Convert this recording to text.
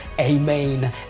Amen